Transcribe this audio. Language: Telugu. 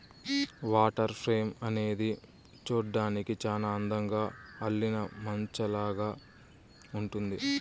వాటర్ ఫ్రేమ్ అనేది చూడ్డానికి చానా అందంగా అల్లిన మంచాలాగా ఉంటుంది